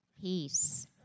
peace